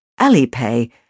Alipay